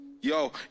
yo